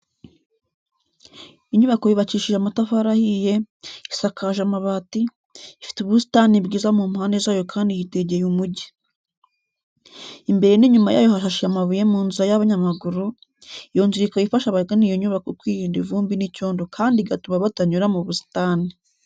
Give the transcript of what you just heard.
Inyubako yubakishije amatafari ahiye, isakaje amabati, ifite ubusitani bwiza mu mpande zayo kandi yitegeye umujyi. Imbere n'inyuma yayo hashashe amabuye mu nzira y'abanyamaguru, iyo nzira ikaba ifasha abagana iyo nyubako kwirinda ivumbi n'icyondo kandi igatuma batanyura mu busitani.